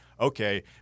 okay